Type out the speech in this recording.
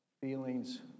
feelings